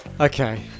Okay